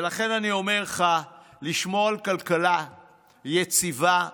לכן אני אומר לך, לשמור על כלכלה יציבה כזאת,